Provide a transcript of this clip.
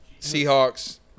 Seahawks